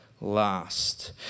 last